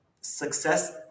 Success